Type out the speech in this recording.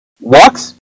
walks